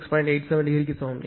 87 ° க்கு சமம்